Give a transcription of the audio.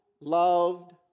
loved